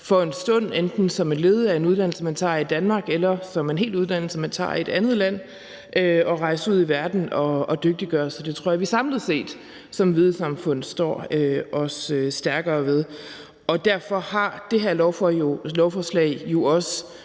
for – enten som led i en uddannelse, man tager i Danmark, eller som en hel uddannelse, man tager i et andet land – for en stund at rejse ud i verden og dygtiggøre sig. Det tror jeg at vi samlet set som vidensamfund også står stærkere ved, og derfor har det her lovforslag jo også